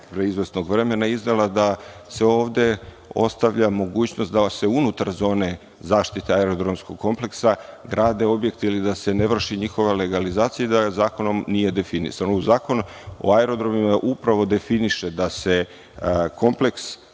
izvesnog vremena je iznela da se ovde ostavlja mogućnost da se unutar zone zaštite aerodromskog kompleksa grade objekti ili da se ne vrši njihova legalizacija i da zakonom nije definisano. Zakon o aerodromima upravo definiše da se kompleks